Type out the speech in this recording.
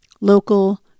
local